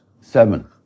Seven